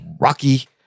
Rocky